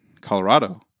Colorado